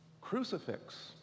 crucifix